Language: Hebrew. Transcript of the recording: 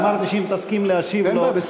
ואמרתי שאם תסכים להשיב לו,